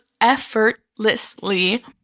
effortlessly